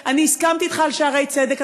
הסכמתי אתך על שערי צדק,